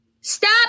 stop